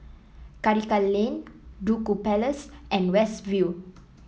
Karikal Lane Duku Place and West View